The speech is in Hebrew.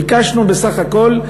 ביקשנו בסך הכול,